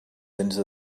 into